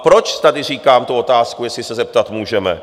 Proč tady říkám tu otázku, jestli se zeptat můžeme?